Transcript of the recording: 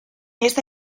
esta